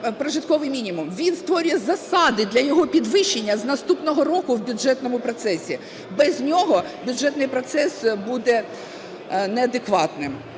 Він створює засади для його підвищення з наступного року в бюджетному процесі, без нього бюджетний процес буде неадекватним.